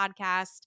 podcast